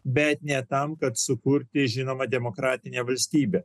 bet ne tam kad sukurti žinoma demokratinė valstybė